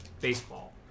baseball